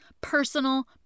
personal